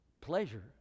Pleasure